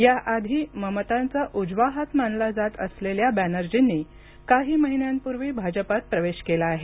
याआधी ममतांचा उजवा हात असलेल्या बॅनर्जींनी काही महिन्यांपूर्वी भाजपात प्रवेश केला आहे